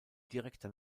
direkter